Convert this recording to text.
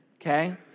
okay